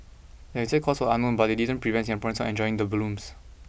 the exact cause was unknown but that didn't prevent Singaporeans from enjoying the blooms